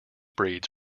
breeds